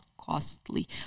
costly